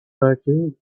virtue